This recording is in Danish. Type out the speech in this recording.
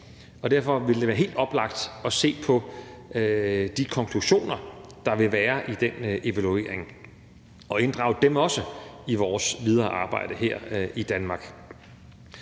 derfor vil det være helt oplagt at se på de konklusioner, der vil være i den evaluering, og inddrage dem også i vores videre arbejde her i Danmark.